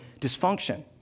dysfunction